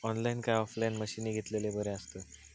Online काय offline मशीनी घेतलेले बरे आसतात?